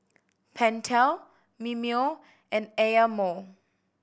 Pentel Mimeo and Eye Mo